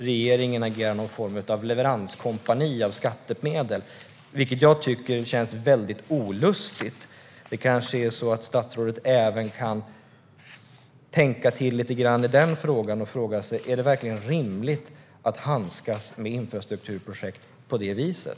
Regeringen ska agera någon form av leveranskompani för skattemedel, vilket jag tycker känns väldigt olustigt. Kanske kan statsrådet tänka till lite grann i den frågan och fråga sig om det verkligen är rimligt att handskas med infrastrukturprojekt på det viset.